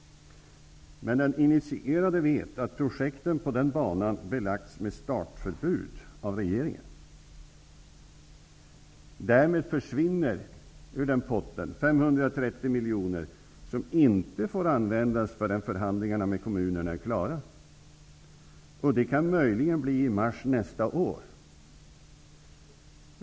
Men den initierade vet att projekten på den banan belagts med startförbud av regeringen. Därmed försvinner ur den potten 530 miljoner som inte får användas förrän förhandlingarna med kommunerna är klara. Det kan möjligen bli i mars nästa år.